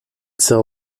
sell